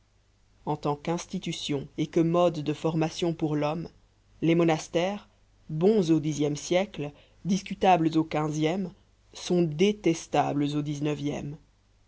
en tant qu'institution et que mode de formation pour l'homme les monastères bons au dixième siècle discutables au quinzième sont détestables au dix-neuvième